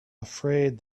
afraid